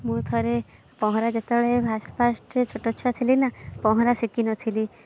ମୁଁ ଥରେ ପହଁରା ଯେତେବେଳେ ଫାଷ୍ଟ ଫାଷ୍ଟ ଛୋଟଛୁଆ ଥିଲିନା ପହଁରା ଶିଖିନଥିଲି